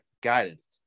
guidance